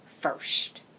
first